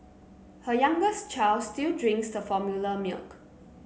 her youngest child still drinks the formula milk